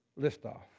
liftoff